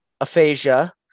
aphasia